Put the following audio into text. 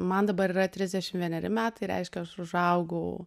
man dabar yra trisdešim vieneri metai reiškia aš užaugau